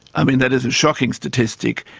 i mean, that is a shocking statistic.